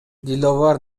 диловар